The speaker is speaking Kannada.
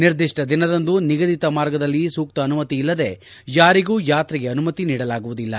ನಿರ್ದಿಷ್ಟ ದಿನದಂದು ನಿಗದಿತ ಮಾರ್ಗದಲ್ಲಿ ಸೂಕ್ತ ಅನುಮತಿ ಇಲ್ಲದೇ ಯಾರಿಗೂ ಯಾತ್ರೆಗೆ ಅನುಮತಿ ನೀಡಲಾಗುವುದಿಲ್ಲ